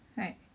right